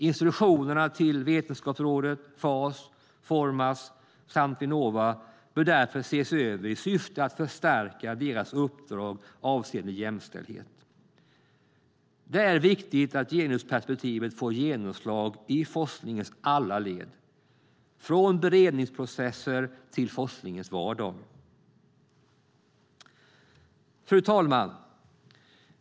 Instruktionerna till Vetenskapsrådet, Fas, Formas samt Vinnova bör därför ses över i syfte att förstärka deras uppdrag avseende jämställdhet. Det är viktigt att genusperspektivet får genomslag i forskningens alla led, från beredningsprocesser till forskningens vardag. Fru talman!